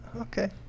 Okay